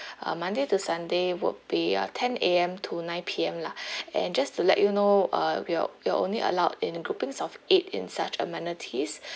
uh monday to sunday would be uh ten A_M to nine P_M lah and just to let you know uh we're we're only allowed in groupings of eight in such amenities